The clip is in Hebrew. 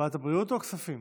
ועדת הבריאות או הכספים?